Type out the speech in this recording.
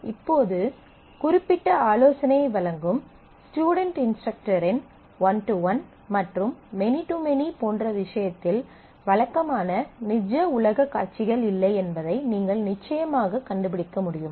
இப்போது குறிப்பிட்ட ஆலோசனையை வழங்கும் ஸ்டுடென்ட் இன்ஸ்ட்ரக்டரின் ஒன் டு ஒன் மற்றும் மெனி டு மெனி போன்ற விஷயத்தில் வழக்கமான நிஜ உலக காட்சிகள் இல்லை என்பதை நீங்கள் நிச்சயமாக கண்டுபிடிக்க முடியும்